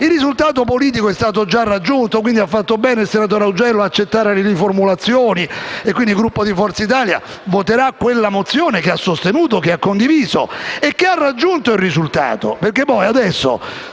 Il risultato politico è stato già raggiunto e ha fatto bene il senatore Augello ad accettare le riformulazioni proposte dal Governo. Quindi, il Gruppo di Forza Italia voterà quella mozione che ha sostenuto, condiviso e che ha raggiunto il risultato.